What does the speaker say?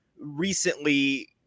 recently